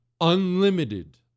unlimited